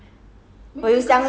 branch into like